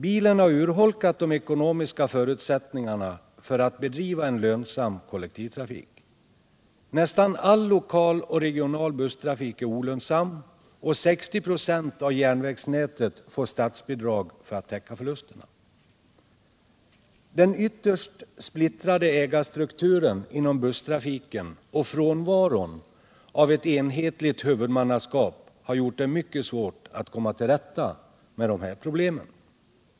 Bilen har urholkat de ekonomiska förutsättningarna för att bedriva en lönsam kollektivtrafik. Nästan all lokal och regional busstrafik är olönsam, och 60 96 av järnvägsnätet får statsbidrag för att täcka förlusterna. Den ytterst splittrade ägarstrukturen inom busstrafiken och frånvaron av ett enhetligt huvudmannaskap har gjort det mycket svårt att komma till rätta med problemen.